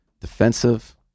defensive